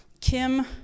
Kim